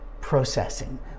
processing